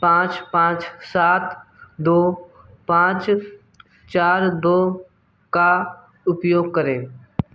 पाँच पाँच सात दो पाँच चार दो का उपयोग करें